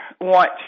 want